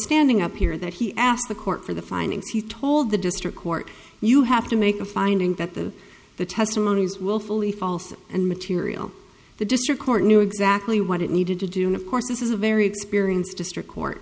standing up here that he asked the court for the findings he told the district court you have to make a finding that the the testimony is willfully false and material the district court knew exactly what it needed to do and of course this is a very experienced district court